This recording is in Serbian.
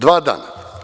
Dva dana.